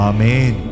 Amen